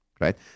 right